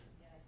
Yes